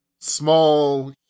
small